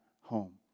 home